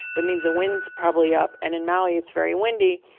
that means the wind is probably up. and in maui, it's very windy.